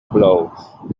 blow